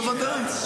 בוודאי.